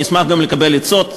נשמח גם לקבל עצות.